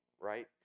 right